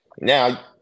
Now